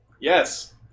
Yes